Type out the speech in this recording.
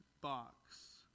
box